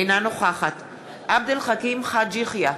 אינה נוכחת עבד אל חכים חאג' יחיא,